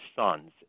sons